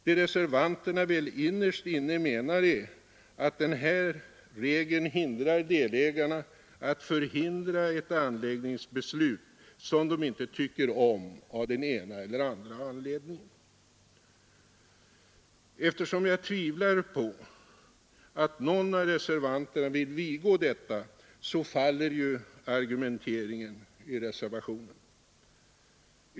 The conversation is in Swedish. Det reservanterna väl innerst inne menar är att den här regeln hindrar delägarna att stoppa ett anläggningsbeslut som de inte tycker om av det ena eller andra skälet. Eftersom jag tvivlar på att någon av reservanterna vill vidgå detta, så faller ju argumenteringen i reservationen.